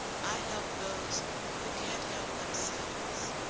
i help those who can't help themselves.